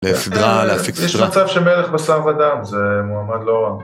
להפיגה, להפיג את זה שלך. יש מצב שמלך בשר ודם, זה מועמד לא רע.